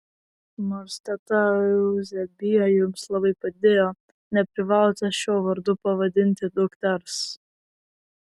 nors teta euzebija jums labai padėjo neprivalote šiuo vardu pavadinti dukters